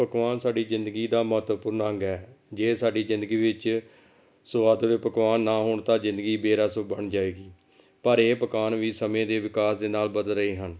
ਪਕਵਾਨ ਸਾਡੀ ਜ਼ਿੰਦਗੀ ਦਾ ਮਹੱਤਵਪੂਰਨ ਅੰਗ ਹੈ ਜੇ ਸਾਡੀ ਜ਼ਿੰਦਗੀ ਵਿੱਚ ਸੁਆਦਲੇ ਪਕਵਾਨ ਨਾ ਹੋਣ ਤਾਂ ਜ਼ਿੰਦਗੀ ਬੇਰਸ ਬਣ ਜਾਵੇਗੀ ਪਰ ਇਹ ਪਕਵਾਨ ਵੀ ਸਮੇਂ ਦੇ ਵਿਕਾਸ ਦੇ ਨਾਲ ਬਦਲ ਰਹੇ ਹਨ